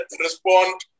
respond